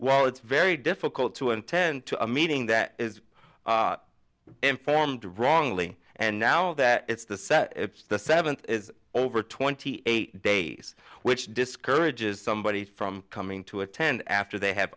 well it's very difficult to intent to a meeting that is informed wrongly and now that it's the set it's the seventh is over twenty eight days which discourages somebody from coming to attend after they have